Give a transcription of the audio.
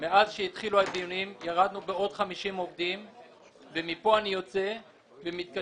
מאז התחילו הדיונים ירדנו בעוד 50 עובדים ומכאן אני יוצא ומתקשר